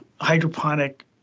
hydroponic